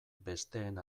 besteen